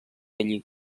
allí